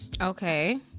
Okay